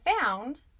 found